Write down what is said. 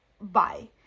Bye